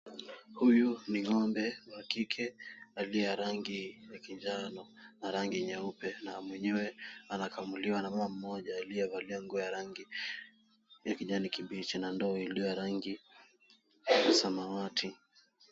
Huyu ni ng'ombe wa kike aliye na rangi ya manjano na rangi nyeupe na mwenyewe anakamuliwa na mama mmoja aliyevalia nguo ya rangi ya kijani kibichi na ndoo iliyo ya rangi ya samawati.